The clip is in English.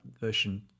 version